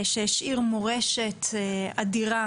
שהשאיר מורשת אדירה